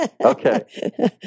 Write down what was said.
Okay